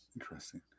Interesting